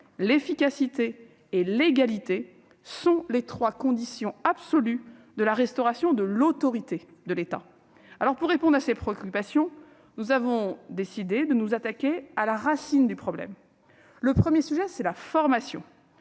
l'efficacité et l'égalité sont les trois conditions absolues de la restauration de l'autorité de l'État. Pour répondre à ces préoccupations, nous avons décidé de nous attaquer à la racine du problème. Le premier sujet, c'est la formation.